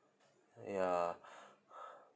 yeah